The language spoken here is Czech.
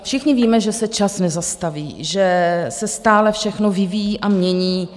Všichni víme, že se čas nezastaví, že se stále všechno vyvíjí a mění.